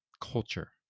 culture